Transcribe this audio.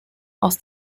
aus